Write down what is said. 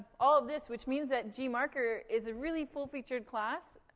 all this, which means that gmarker is a really full-featured class,